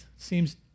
seems